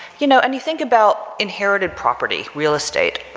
you know, and you think about inherited property, real estate,